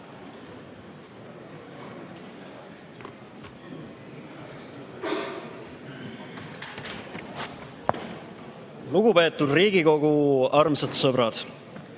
Lugupeetud Riigikogu! Armsad sõbrad!